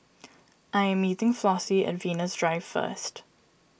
I am meeting Flossie at Venus Drive first